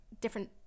different